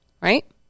Right